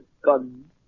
gun